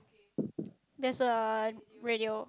that's a radio